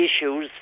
issues